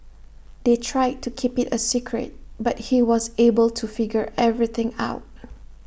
they tried to keep IT A secret but he was able to figure everything out